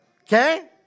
Okay